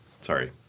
Sorry